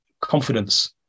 confidence